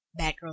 Batgirl